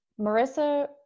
Marissa